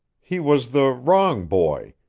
he was the wrong boy,